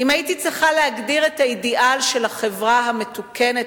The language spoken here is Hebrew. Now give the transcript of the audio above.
אם הייתי צריכה להגדיר את האידיאל של החברה המתוקנת,